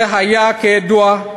זה היה, כידוע,